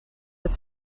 but